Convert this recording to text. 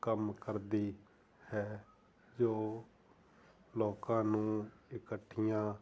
ਕੰਮ ਕਰਦੀ ਹੈ ਜੋ ਲੋਕਾਂ ਨੂੰ ਇਕੱਠੀਆਂ